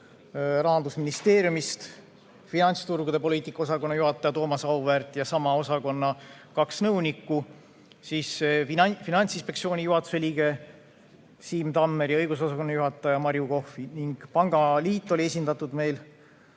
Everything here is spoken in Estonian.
Rahandusministeeriumist finantsturgude poliitika osakonna juhataja Thomas Auväärt ja sama osakonna kaks nõunikku, Finantsinspektsiooni juhatuse liige Siim Tammer ja õigusosakonna juhataja Marju Kohv, pangaliit oli meil